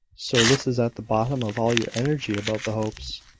so this is at the bottom of all your energy about the hopes!